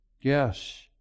Yes